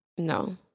No